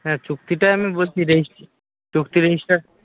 হ্যাঁ চুক্তিটা আমি বলছি রেজিস্ট্রি চুক্তি রেজিস্টার